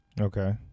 Okay